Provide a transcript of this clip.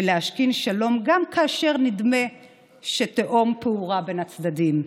ולהשכין שלום גם כאשר נדמה שתהום פעורה בין הצדדים.